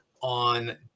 on